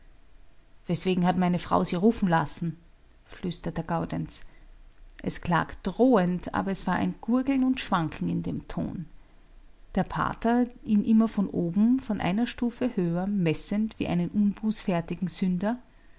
weswegen hat meine frau sie rufen lassen flüstert der gaudenz es klang drohend aber es war ein gurgeln und schwanken in dem ton der pater ihn immer von oben von einer stufe höher messend wie einen unbußfertigen sünder